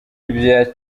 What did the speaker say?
ibya